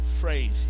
phrase